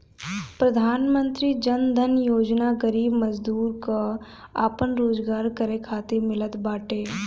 प्रधानमंत्री जन धन योजना गरीब मजदूर कअ आपन रोजगार करे खातिर मिलत बाटे